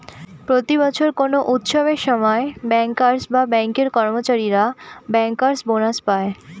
প্রতি বছর কোনো উৎসবের সময় ব্যাঙ্কার্স বা ব্যাঙ্কের কর্মচারীরা ব্যাঙ্কার্স বোনাস পায়